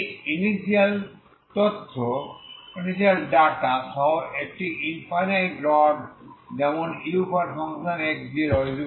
এটি ইনিশিয়াল তথ্য সহ একটি ইনফাইনাইট রড যেমন ux0fx x∈R